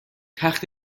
تخت